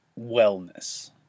wellness